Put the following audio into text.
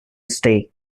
stay